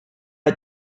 had